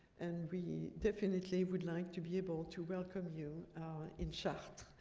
and we definitely would like to be able to welcome you in chartres.